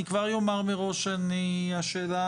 אני כבר אומר מראש שמבחינתי השאלה